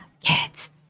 kids